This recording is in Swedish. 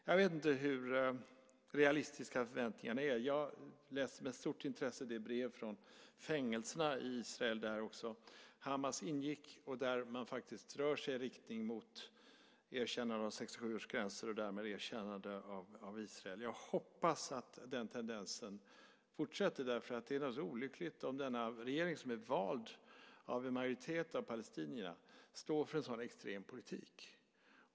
Jag vet inte hur realistiska förväntningarna är. Jag läste med stort intresse det brev från fängelserna i Israel där också Hamas ingick och där man faktiskt rör sig i riktning mot ett erkännande av 1967 års gränser och därmed ett erkännande av Israel. Jag hoppas att denna tendens fortsätter eftersom det naturligtvis är olyckligt om denna regering som är vald av en majoritet av palestinierna står för en så extrem politik.